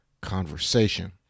conversation